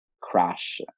crash